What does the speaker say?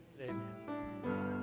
Amen